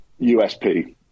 USP